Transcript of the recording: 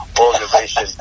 organization